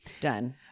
Done